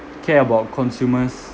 care about consumers